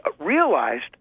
realized